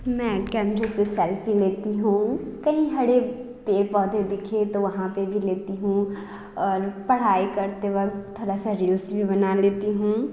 मैं कैमरे से सेल्फी लेती हूँ कहीं हरे पेड़ पौधे दिखे तो वहाँ पर भी लेती हूँ और पढ़ाई करते वक़्त थोड़ा सा रील्स भी बना लेती हूँ